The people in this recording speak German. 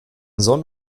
sonn